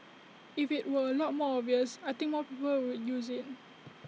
if IT were A lot more obvious I think more people would use IT